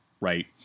right